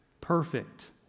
perfect